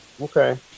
okay